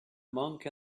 monk